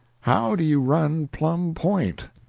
how do you run plum point?